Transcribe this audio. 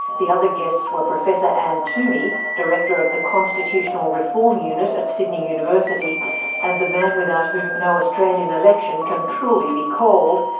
the other guests were professor anne twomey, director of the constitutional reform unit at sydney university and the man without whom no australian election can truly be called,